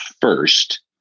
first